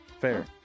Fair